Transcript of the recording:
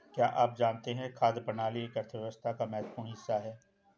क्या आप जानते है खाद्य प्रणाली एक अर्थव्यवस्था का महत्वपूर्ण हिस्सा है?